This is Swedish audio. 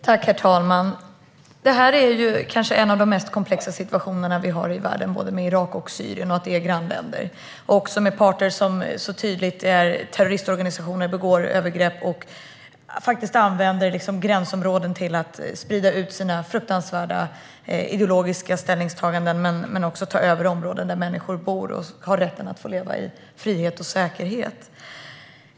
Herr talman! Några av de mest komplexa situationerna i världen är kanske de i Irak och Syrien. De är grannländer, och parter som så tydligt är terroristorganisationer begår övergrepp och använder gränsområden till att sprida ut sina fruktansvärda ideologiska ställningstaganden. De tar också över områden där människor bor och har rätt att leva i frihet och säkerhet.